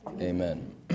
Amen